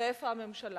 ואיפה הממשלה?